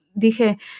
Dije